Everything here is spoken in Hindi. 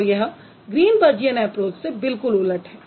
और यह ग्रीनबर्जियन ऐप्रोच से बिलकुल उलट है